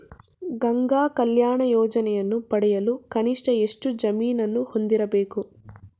ಗಂಗಾ ಕಲ್ಯಾಣ ಯೋಜನೆಯನ್ನು ಪಡೆಯಲು ಕನಿಷ್ಠ ಎಷ್ಟು ಜಮೀನನ್ನು ಹೊಂದಿರಬೇಕು?